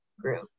group